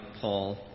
Paul